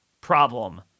problem